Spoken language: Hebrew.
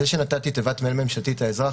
זה שנתתי תיבת מייל ממשלתית לאזרח,